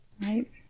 Right